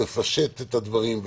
לפשט את הדברים,